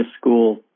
school